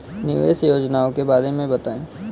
निवेश योजनाओं के बारे में बताएँ?